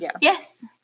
Yes